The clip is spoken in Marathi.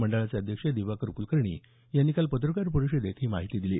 मंडळाचे अध्यक्ष दिवाकर कुलकर्णी यांनी काल पत्रकार परिषदेत याची माहिती दिली